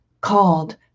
called